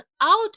out